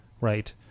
Right